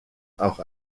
auch